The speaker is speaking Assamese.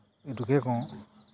এইটোকে কওঁ